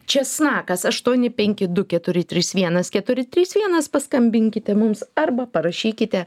česnakas aštuoni penki du keturi trys vienas keturi trys vienas paskambinkite mums arba parašykite